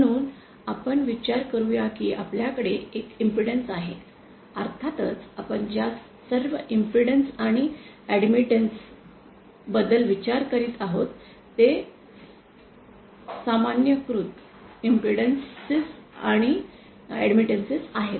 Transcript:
म्हणून आपण विचार करूया की आपल्याकडे एक इम्पेडन्स आहे अर्थातच आपण ज्या सर्व इम्पेडन्स आणि ऐड्मिटन्स बद्दल विचार करीत आहोत ते सामान्य ीकृत इम्पेडन्स आणि ऐड्मिटन्स आहेत